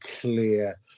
clear